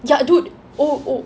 ya dude oh oh